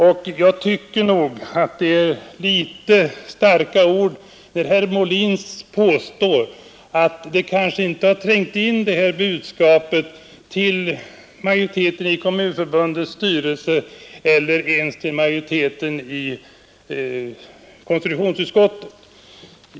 Och jag tycker att det är litet starka ord herr Molin använder när han påstår att budskapet kanske inte har trängt in till majoriteten i Kommunförbundets styrelse eller ens till majoriteten i konstitutionsutskottet.